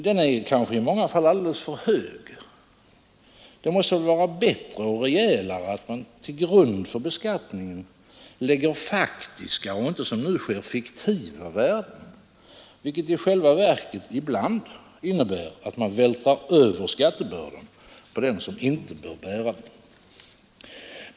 Den är kanske i många fall alldeles för hög. Det måste väl vara bättre och rejälare att man till grund för beskattningen lägger faktiska och inte, som nu sker, fiktiva värden, vilket i själva verket ibland innebär att man vältrar över skattebördan på den som inte bör bära den.